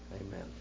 Amen